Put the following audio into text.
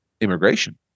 immigration